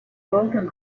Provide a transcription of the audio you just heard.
golden